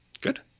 Good